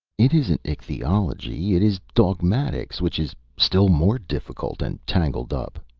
it isn't ichthyology it is dogmatics, which is still more difficult and tangled up.